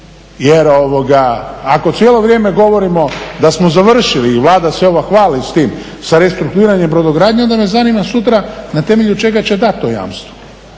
jer ako cijelo vrijeme govorimo da smo završili i Vlada se odmah hvali s tim, sa restrukturiranjem brodogradnje, onda nas zanima sutra na temelju čega će dati to jamstvo.